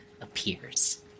appears